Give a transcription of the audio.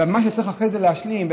נא לסיים.